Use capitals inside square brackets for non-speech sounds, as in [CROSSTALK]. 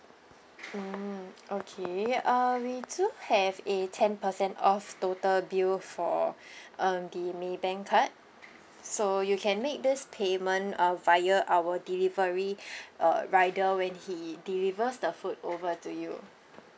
mm okay we do have a ten percent off total bill for [BREATH] uh the Maybank card so you can make this pavement uh via our delivery [BREATH] uh rider when he delivers the food over to you